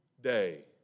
day